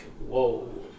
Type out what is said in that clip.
whoa